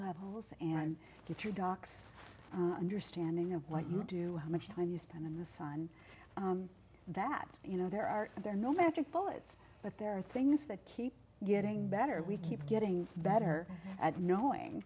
levels and get your docs understanding of what you do how much time you spend in the sun that you know there are there are no magic bullets but there are things that keep getting better we keep getting better at knowing